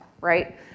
right